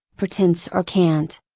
pretense or cant.